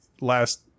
last